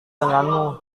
denganmu